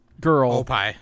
girl